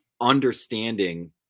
understanding